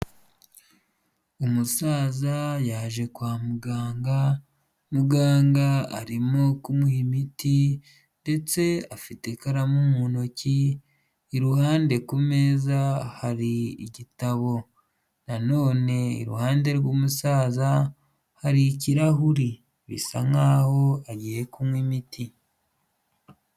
Umusaza yaje kwa muganga muganga arimo kumuha imiti ndetse afite ikaramu mu ntoki, iruhande ku meza hari igitabo na none iruhande rw'umusaza hari ikirahuri bisa nkaho agiye kunywa imiti.